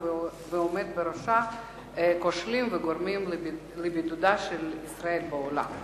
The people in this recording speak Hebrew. והעומד בראשה כושלים וגורמים לבידודה של ישראל בעולם,